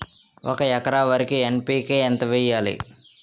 ఒక ఎకర వరికి ఎన్.పి కే ఎంత వేయాలి?